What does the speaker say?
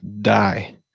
die